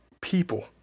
people